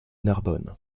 narbonne